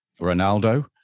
Ronaldo